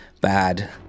bad